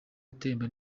atemba